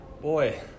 Boy